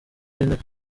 w’intebe